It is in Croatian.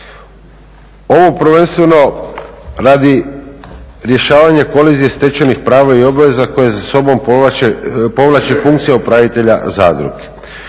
Ovo prvenstveno radi rješavanja kolezije stečenih prava i obveza koje za sobom povlače funkcije upravitelja zadruge.